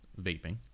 vaping